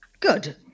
Good